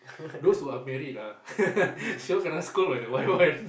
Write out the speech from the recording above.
those who are married ah sure kena scold by the wife [one]